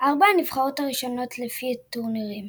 ארבע הנבחרות הראשונות לפי טורנירים